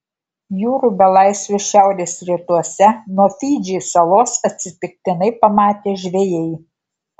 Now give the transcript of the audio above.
jūrų belaisvius šiaurės rytuose nuo fidžį salos atsitiktinai pamatė žvejai